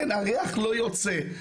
הריח לא יוצא,